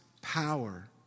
power